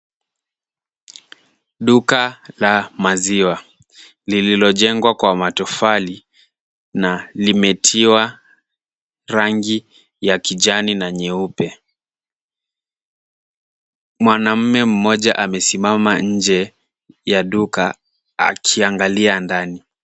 Duka la maziwa lililojengwa kwa matofali na limetiwa rangi ya kijani na nyeupe. Mwanaume mmoja amesimama nje ya duka akiangalia ndani.